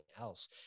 else